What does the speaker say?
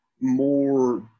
more